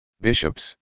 bishops